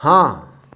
ହଁ